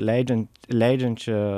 leidžiant leidžiančią